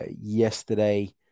yesterday